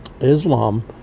Islam